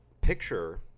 picture